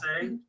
say